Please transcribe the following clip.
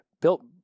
built